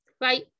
right